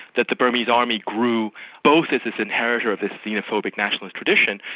that the burmese army grew both as this inheritor of this xenophobic nationalist tradition,